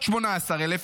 18,000,